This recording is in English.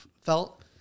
felt